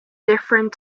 different